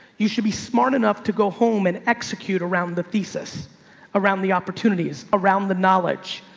you should be smart enough to go home and execute around the thesis around the opportunities around the knowledge.